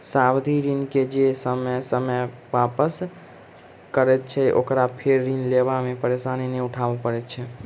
सावधि ऋण के जे ससमय वापस करैत छै, ओकरा फेर ऋण लेबा मे परेशानी नै उठाबय पड़ैत छै